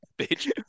bitch